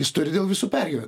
jis turi dėl visų pergyvent